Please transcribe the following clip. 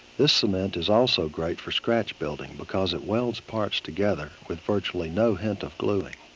this cement is also great for scratch building because it welds parts together with virtually no hint of gluing.